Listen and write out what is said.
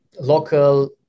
local